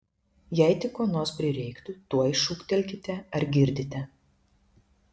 jei tik ko nors prireiktų tuoj šūktelkite ar girdite